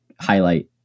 highlight